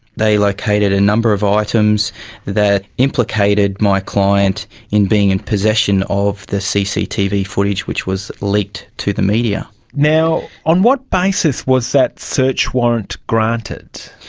they located a number of items that implicated my client in being in possession of the cctv footage which was leaked to the media. now, on what basis was that search warrant granted?